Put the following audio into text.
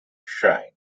shrine